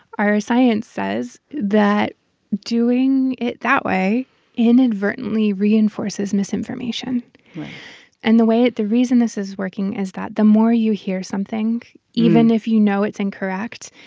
our science says that doing it that way inadvertently reinforces misinformation right and the way it the reason this is working is that the more you hear something, even if you know it's incorrect,